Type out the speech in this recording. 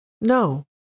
No